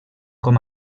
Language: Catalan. com